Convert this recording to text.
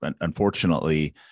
Unfortunately